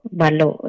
Balo